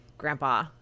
Grandpa